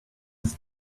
his